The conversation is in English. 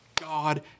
God